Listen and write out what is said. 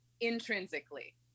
Intrinsically